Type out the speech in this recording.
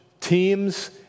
teams